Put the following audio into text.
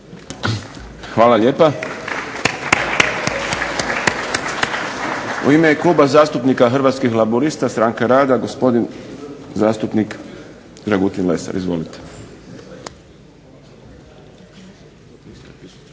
Hvala lijepa. U ime Kluba zastupnika Hrvatskih laburista Stranka rada gospodin zastupnik Dragutin Lesar. Izvolite.